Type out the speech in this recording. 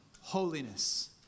holiness